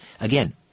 Again